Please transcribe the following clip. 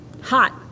Hot